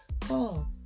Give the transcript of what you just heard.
call